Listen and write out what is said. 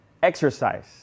exercise